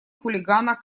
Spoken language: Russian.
хулигана